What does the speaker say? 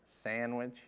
Sandwich